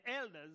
elders